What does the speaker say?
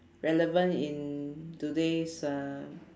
relevant in today's uh